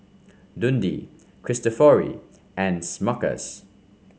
Dundee Cristofori and Smuckers